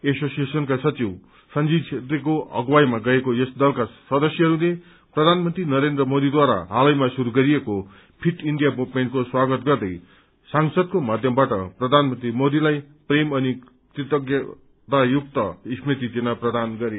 एसोसिएशनका संचिव संजय छेत्रीको अगुवाईमा गएको यस दलका सदस्यहरूले प्रधानमन्त्री नरेन्द्र मोदीढारा हालैमा शुरू गरिएको फिट इण्डिया मूवमेन्ट को स्वागत गर्दै सांसदको माध्यमबाट प्रधानमन्त्री मोदीलाई प्रेम अनि कृतज्ञताले युक्त स्मृति चिन्ह प्रदान गरे